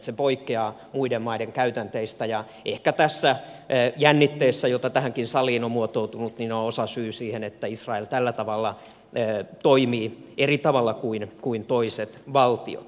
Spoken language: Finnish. se poikkeaa muiden maiden käytänteistä ja ehkä tässä jännitteessä jota tähänkin saliin on muotoutunut on osasyy siihen että israel tällä tavalla toimii eri tavalla kuin toiset valtiot